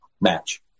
match